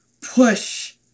push